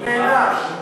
הוא נענש.